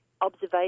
observation